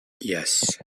yes